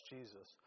Jesus